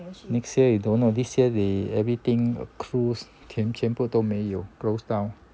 next year you don't know this year they everything cruise 全全部都没有 closed down